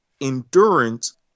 endurance